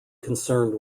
concerned